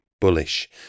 bullish